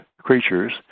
creatures